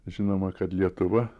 žinoma kad lietuva